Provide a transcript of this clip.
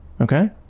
Okay